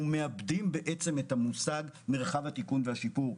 מאבדים בעצם את המושג מרחב התיקון והשיפור,